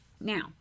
Now